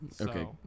Okay